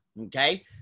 okay